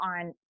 on